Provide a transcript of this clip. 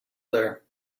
there